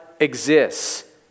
exists